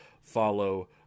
Follow